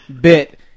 bit